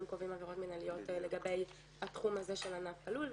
קובעים עבירות מינהליות לגבי התחום הזה של ענף הלול,